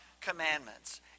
commandments